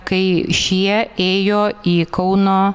kai šie ėjo į kauno